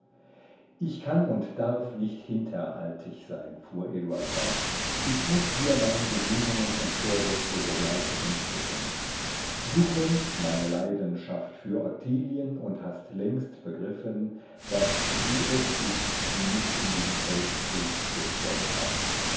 ich kann und darf nicht hinterhaltig sein fuhr eduard fort ich muß dir meine gesinnungen und vorsätze sogleich entdecken du kennst meine leidenschaft für ottilien und hast längst begriffen daß sie es ist die mich in diesen feldzug gestürzt hat